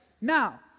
Now